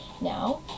Now